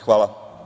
Hvala.